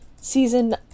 Season